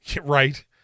right